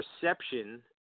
perception